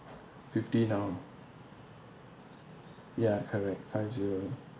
fifty now ya correct five zero